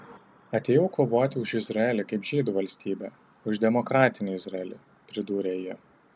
atėjau kovoti už izraelį kaip žydų valstybę už demokratinį izraelį pridūrė ji